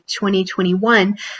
2021